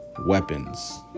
weapons